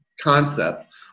concept